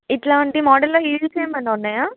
ఇట్లాంటి మోడల్లో హీల్స్ ఏమైనా ఉన్నాయా